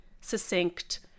succinct